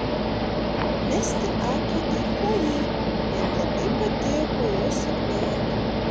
mesti akį į chlojė jam labai patiko jos suknelė